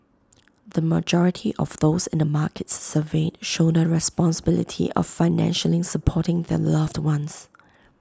the majority of those in the markets surveyed shoulder the responsibility of financially supporting their loved ones